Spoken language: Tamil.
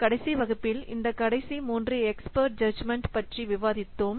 கடைசி வகுப்பில் இந்த கடைசி மூன்று எக்ஸ்பர்ட்ஸ் ஜட்ஜ்மென்ட் பற்றி விவாதித்தோம்